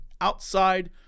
outside